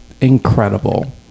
incredible